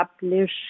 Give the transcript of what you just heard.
publish